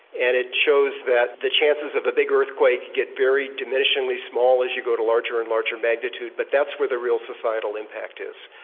and it shows that the chances of a big earthquake get very diminishingly small as you go to larger and larger magnitude, but that's where the real societal impact is.